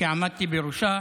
שעמדתי בראשה,